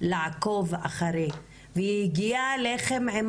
לעקוב אחרי והיא הגיעה אליכם עם